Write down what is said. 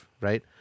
right